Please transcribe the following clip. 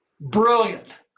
brilliant